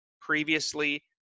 previously